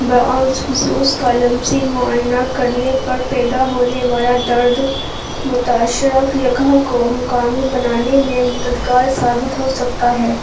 بعض حصوص کا لمسی معائنہ کرنے پر پیدا ہونے والا درد متاثرہ جگہ کو مقامی بنانے میں مددگار ثابت ہو سکتا ہے